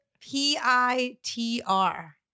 P-I-T-R